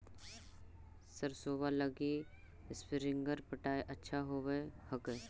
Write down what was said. सरसोबा लगी स्प्रिंगर पटाय अच्छा होबै हकैय?